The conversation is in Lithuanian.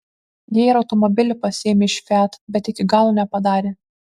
jie ir automobilį pasiėmė iš fiat bet iki galo nepadarė